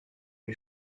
who